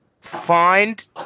find